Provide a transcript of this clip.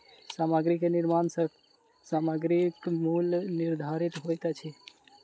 सामग्री के निर्माण सॅ सामग्रीक मूल्य निर्धारित होइत अछि